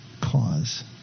cause